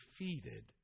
defeated